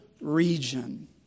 region